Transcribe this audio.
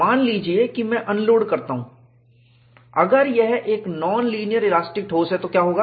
मान लीजिए कि मैं अनलोड करता हूं अगर यह एक नॉन लीनियर इलास्टिक ठोस है तो क्या होगा